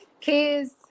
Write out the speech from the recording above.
Kids